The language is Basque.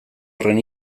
horren